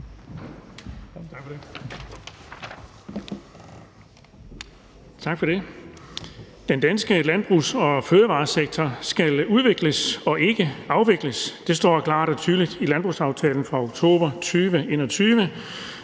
Den danske landbrugs- og fødevaresektor skal udvikles og ikke afvikles. Det står klart og tydeligt i landbrugsaftalen fra oktober 2021,